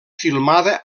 filmada